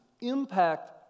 impact